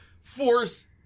force